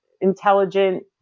intelligent